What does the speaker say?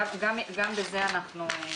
גם את זה אנחנו עושים.